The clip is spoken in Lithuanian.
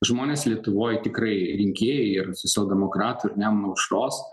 žmonės lietuvoj tikrai rinkėjai ir socialdemokratų ir nemuno aušros